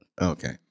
Okay